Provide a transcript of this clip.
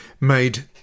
made